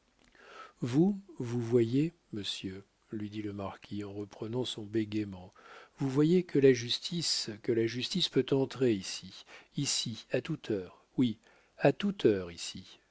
vous vous voyez monsieur lui dit le marquis en reprenant son bégaiement vous voyez que la justice que la justice peut entrer ici ici à toute heure oui à toute heure ici